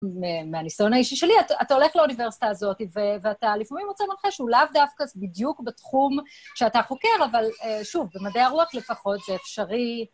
מהניסיון האישי שלי, אתה הולך לאוניברסיטה הזאת ואתה לפעמים רוצה מנחה שהוא לאו דווקא בדיוק בתחום שאתה חוקר, אבל שוב, במדעי הרוח לפחות זה אפשרי.